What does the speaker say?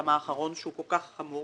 ההסלמה האחרון שהוא כל כך חמור